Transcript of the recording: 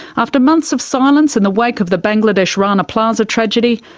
after months of silence in the wake of the bangladesh rana plaza tragedy,